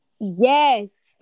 yes